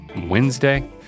Wednesday